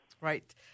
Right